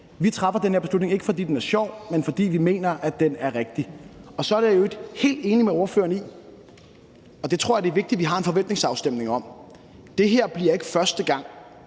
Vi træffer ikke den her beslutning, fordi den er sjov, men fordi vi mener, den er rigtig. Og så er jeg i øvrigt helt enig med ordføreren i – og det tror jeg er vigtigt vi har en forventningsafstemning om – at det her ikke bliver sidste gang,